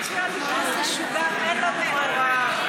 אנשי הליכוד: אין לנו ברירה,